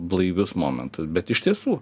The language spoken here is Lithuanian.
blaivius momentu bet iš tiesų